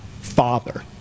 Father